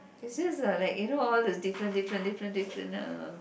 it's just uh like you know all the different different different different uh